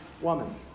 woman